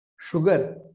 sugar